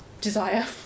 desire